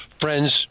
friends